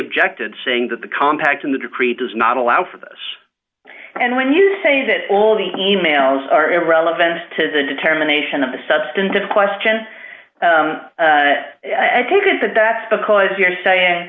objected saying that the compact in the decree does not allow for this and when you say that all the emails are irrelevant to the determination of the substantive question i take it that that's because you're saying